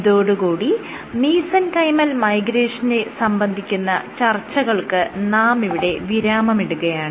ഇതോട് കൂടി മീസെൻകൈമൽ മൈഗ്രേഷനിനെ സംബന്ധിച്ച ചർച്ചകൾക്ക് നാം ഇവിടെ വിരാമമിടുകയാണ്